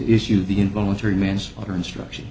issue the involuntary manslaughter instruction